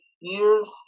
years